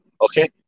Okay